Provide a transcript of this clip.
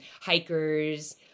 hikers